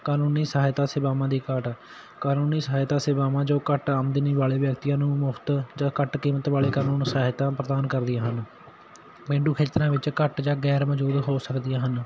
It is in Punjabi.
ਕਾਨੂੰਨੀ ਸਹਾਇਤਾ ਸੇਵਾਵਾਂ ਦੀ ਘਾਟ ਕਾਨੂੰਨੀ ਸਹਾਇਤਾ ਸੇਵਾਵਾਂ ਜੋ ਘੱਟ ਆਮਦਨੀ ਵਾਲੇ ਵਿਅਕਤੀਆਂ ਨੂੰ ਮੁਫਤ ਜਾਂ ਘੱਟ ਕੀਮਤ ਵਾਲੇ ਕਾਨੂੰਨ ਸਹਾਇਤਾ ਪ੍ਰਦਾਨ ਕਰਦੀਆਂ ਹਨ ਪੇਂਡੂ ਖੇਤਰਾਂ ਵਿੱਚ ਘੱਟ ਜਾਂ ਗੈਰ ਮੌਜੂਦ ਹੋ ਸਕਦੀਆਂ ਹਨ